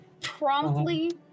promptly